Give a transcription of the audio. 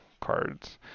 cards